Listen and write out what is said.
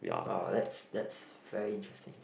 !wow! that's that's very interesting